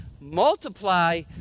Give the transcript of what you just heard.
multiply